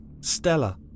Stella